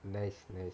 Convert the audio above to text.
nice nice